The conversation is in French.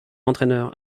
entraîneur